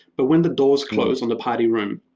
but when the doors closed on the party room,